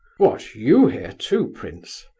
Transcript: what, you here too, prince?